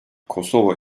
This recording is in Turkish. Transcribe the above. kosova